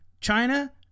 China